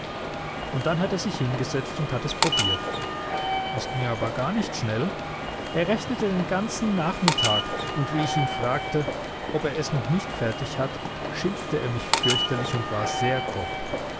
und dann hat er sich hingesetzt und hat es probiert es ging aber gar nicht schnell er rechnete den ganzen nachmittag und wie ich ihn fragte ob er es noch nicht fertig hat schimpfte er mich fürchterlich und war sehr grob